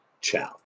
Ciao